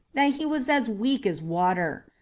that he was as weak as water.